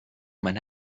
meine